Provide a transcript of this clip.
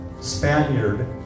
Spaniard